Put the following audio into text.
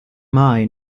mai